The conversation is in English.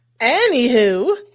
Anywho